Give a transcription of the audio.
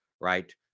right